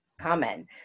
comment